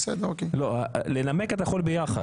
לא, לנמק אתה יכול ביחד.